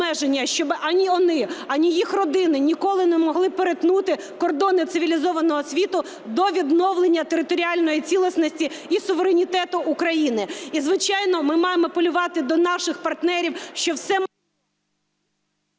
щоб ані вони, ані їх родини ніколи не могли перетнути кордони цивілізованого світу до відновлення територіальної цілісності і суверенітету України. І, звичайно, ми маємо апелювати до наших партнерів, що все…